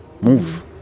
move